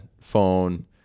phone